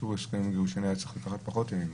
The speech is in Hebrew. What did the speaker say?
אישור הסכם גירושין היה צריך לקחת פחות ימים.